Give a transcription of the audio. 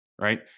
right